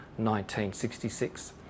1966